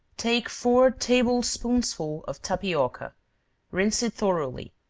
take four table-spoonsful of tapioca rinse it thoroughly,